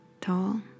tall